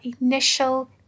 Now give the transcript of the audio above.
initial